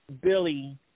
Billy